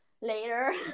later